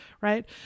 right